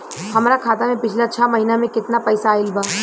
हमरा खाता मे पिछला छह महीना मे केतना पैसा आईल बा?